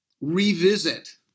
revisit